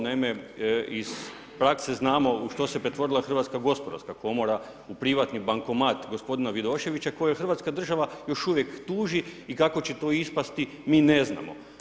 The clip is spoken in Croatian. Naime, iz prakse znamo u što se pretvorila Hrvatska gospodarska komora, u privatni bankomat gospodina Vidoševića kojeg hrvatska država još uvijek tuži i kako će to ispasti mi ne znamo.